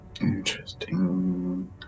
Interesting